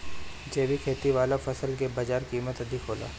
जैविक खेती वाला फसल के बाजार कीमत अधिक होला